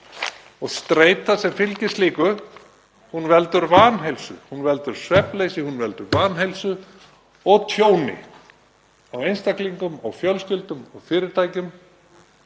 Streitan sem fylgir slíku veldur vanheilsu, hún veldur svefnleysi, hún veldur vanheilsu og tjóni á einstaklingum og fjölskyldum og fyrirtækjum.